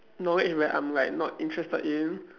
knowledge where I'm like not interested in